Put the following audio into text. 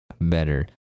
better